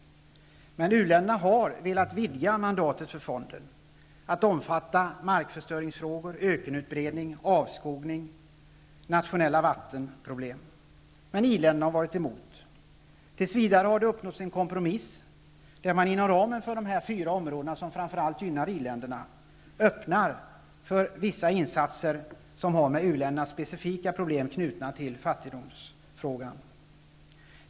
U-länderna har velat vidga mandatet för fonden till att omfatta markförstöring, ökenutbredning, avskogning och nationella vattenproblem, men i-länderna har varit emot. Tills vidare har det uppnåtts en kompromiss, som går ut på att man inom ramen för de fyra områden som framför allt gynnar i-länderna öppnar för vissa insatser som har att göra med u-ländernas specifika problem, knutna till fattigdomsfrågan.